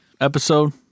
episode